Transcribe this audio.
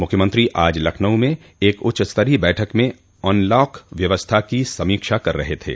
मुख्यमंत्री आज लखनऊ में एक उच्चस्तरीय बैठक में अनलॉक व्यवस्था की समीक्षा कर रहे थे